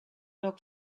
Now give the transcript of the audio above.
log